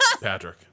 Patrick